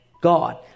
God